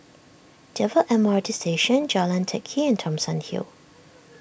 Dover M R T Station Jalan Teck Kee and Thomson Hill